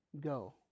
go